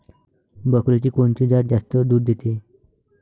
बकरीची कोनची जात जास्त दूध देते?